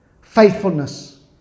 faithfulness